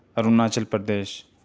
Arunachal Pradesh